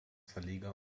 verleger